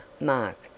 Mark